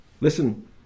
listen